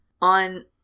On